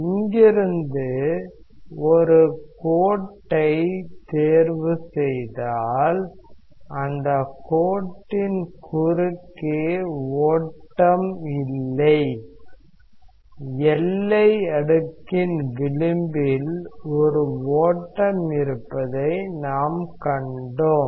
இங்கிருந்து ஒரு கோட்டை தேர்வுசெய்தாள் அந்த கோட்டின் குறுக்கே ஓட்டம் இல்லை எல்லை அடுக்கின் விளிம்பில் ஒரு ஓட்டம் இருப்பதை நாம் கண்டோம்